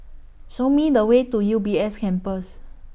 Show Me The Way to U B S Campus